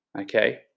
Okay